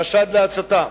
חשד להצתה,